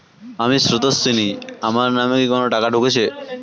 আমি স্রোতস্বিনী, আমার নামে কি কোনো টাকা ঢুকেছে?